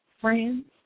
friends